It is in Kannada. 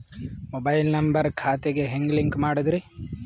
ಮೊಬೈಲ್ ನಂಬರ್ ಖಾತೆ ಗೆ ಹೆಂಗ್ ಲಿಂಕ್ ಮಾಡದ್ರಿ?